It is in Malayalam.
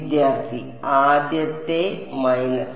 വിദ്യാർത്ഥി ആദ്യത്തെ മൈനസ്